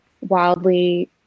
wildly